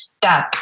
dad